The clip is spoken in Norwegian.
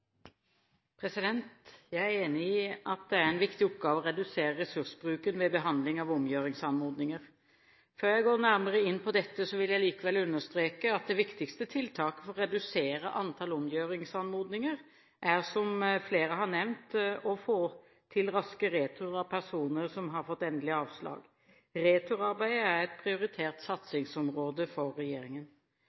mulig. Jeg er enig i at det er en viktig oppgave å redusere ressursbruken ved behandling av omgjøringsanmodninger. Før jeg går nærmere inn på dette, vil jeg likevel understreke at det viktigste tiltaket for å redusere antallet omgjøringsanmodninger er, som flere har nevnt, å få til raske returer av personer som har fått endelig avslag. Returarbeidet er et prioritert satsingsområde for regjeringen.